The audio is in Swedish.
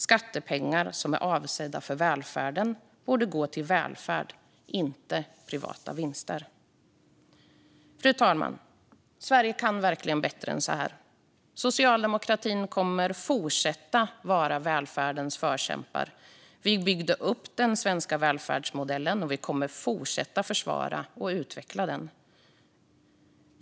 Skattepengar som är avsedda för välfärden borde gå till välfärd, inte privata vinster. Fru talman! Sverige kan verkligen bättre än så här. Socialdemokratin kommer att fortsätta att vara välfärdens förkämpar. Vi byggde upp den svenska välfärdsmodellen, och vi kommer att fortsätta att försvara och utveckla den.